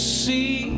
see